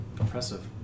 Impressive